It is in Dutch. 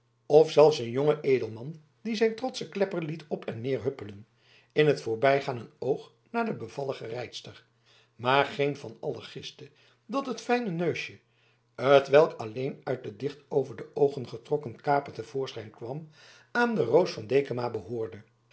of zelfs een jonge edelman die zijn trotschen klepper liet op en neder huppelen in t voorbijgaan een oog naar de bevallige rijdster maar geen van allen giste dat het fijne neusje t welk alleen uit den dicht over de oogen getrokken kaper te voorschijn kwam aan de roos van dekama behoorde